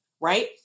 Right